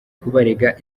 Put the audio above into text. kubarega